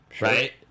right